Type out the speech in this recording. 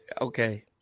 okay